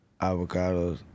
avocados